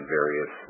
various